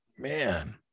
Man